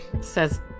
Says